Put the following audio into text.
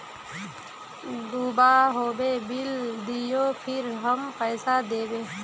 दूबा होबे बिल दियो फिर हम पैसा देबे?